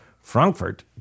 Frankfurt